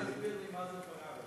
אולי תסביר לי מה זה פרארי.